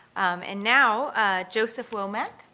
and now joseph womac,